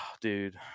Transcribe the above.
dude